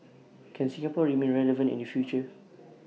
can Singapore remain relevant in the future